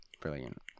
Brilliant